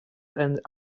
and